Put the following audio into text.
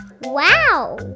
Wow